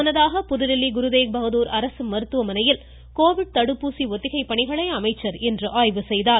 முன்னதாக புதுதில்லி குருதேக் பகதூர் அரசு மருத்துவமனையில் கோவிட் தடுப்பூசி ஒத்திகை பணிகளை அமைச்சர் இன்று ஆய்வு செய்தார்